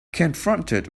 confronted